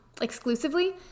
exclusively